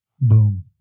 Boom